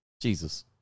Jesus